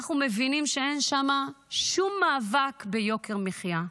אנחנו מבינים שאין שם שום מאבק ביוקר מחיה,